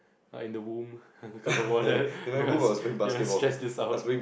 uh in the womb because got water you're you're stressed this out